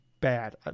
bad